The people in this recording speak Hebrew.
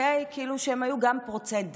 שהיו פורצות דרך,